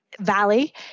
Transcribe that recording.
valley